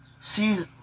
sees